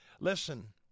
listen